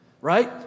Right